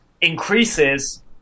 increases